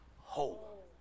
whole